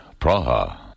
Praha